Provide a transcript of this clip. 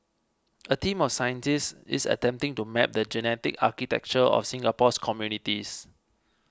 a team of scientists is attempting to map the genetic architecture of Singapore's communities